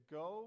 go